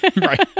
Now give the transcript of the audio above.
Right